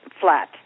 flat